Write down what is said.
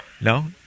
No